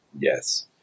Yes